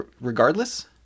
regardless